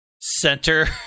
center